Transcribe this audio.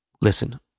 listen